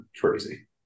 crazy